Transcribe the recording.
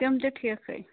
تِم تہِ ٹھیٖکٕے